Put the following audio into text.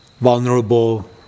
vulnerable